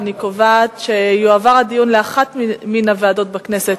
אני קובעת שיועבר הדיון לאחת מן הוועדות בכנסת.